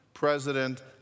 President